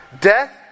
death